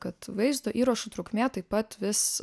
kad vaizdo įrašų trukmė taip pat vis